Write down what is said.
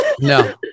No